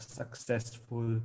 successful